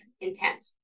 intent